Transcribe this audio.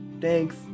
Thanks